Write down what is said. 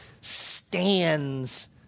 Stands